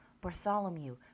bartholomew